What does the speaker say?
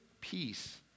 peace